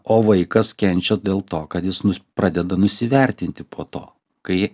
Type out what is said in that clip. o vaikas kenčia dėl to kad jis nu pradeda nusivertinti po to kai